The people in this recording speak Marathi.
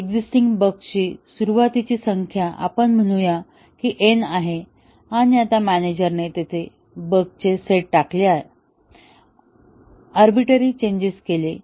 एक्झिस्टिंग बग्सची सुरुवातीची संख्या आपण म्हणूया की हे N आहे आणि आता मॅनेजरने तेथे बग्सचा सेट टाकेल टाकले आर्बिट्ररी चेंजेस केले